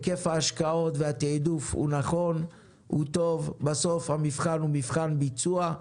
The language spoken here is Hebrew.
היקף ההשקעות נכון, המבחן הוא מבחן הביצוע.